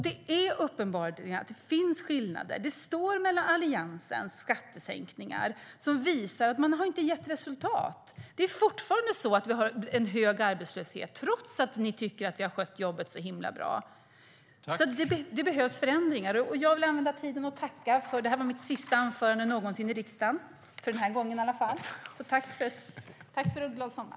Det är uppenbart att det finns skillnader, och det har ju visat sig att Alliansens skattesänkningar inte har gett resultat. Det är fortfarande så att vi har en hög arbetslöshet, trots att ni tycker att ni har skött jobbet så himla bra. Det behövs alltså förändringar. Jag vill använda det sista av min talartid till att tacka. Det här är mitt sista anförande någonsin i riksdagen, för den här gången i alla fall. Tack, och glad sommar!